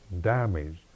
damaged